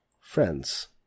friends